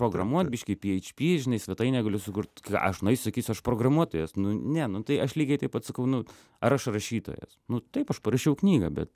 programuot biškį php žinai svetainę galiu sukurt ką aš nueisiu sakysiu aš programuotojas nu ne nu tai aš lygiai taip pat sakau nu ar aš rašytojas nu taip aš parašiau knygą bet